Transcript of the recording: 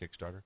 kickstarter